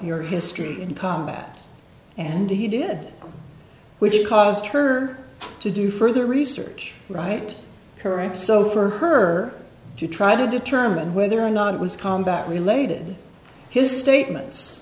your history in combat and he did which caused her to do further research right correct so for her to try to determine whether or not it was combat related his statements